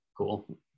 cool